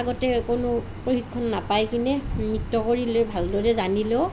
আগতে কোনো প্ৰশিক্ষণ নাপায় কিনে নৃত্য কৰিলে ভাল দৰে জানিলেও